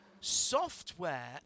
software